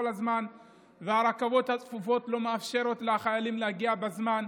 הזמן והרכבות הצפופות לא מאפשרות לחיילים להגיע לזמן.